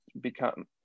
become